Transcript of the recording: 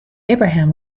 abraham